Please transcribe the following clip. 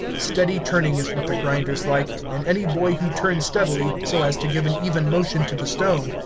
steady turning is what the grinders like, and any boy who turns steadily, so as to give an even motion to the stone,